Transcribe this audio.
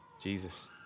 Jesus